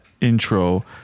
intro